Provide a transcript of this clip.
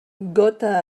gota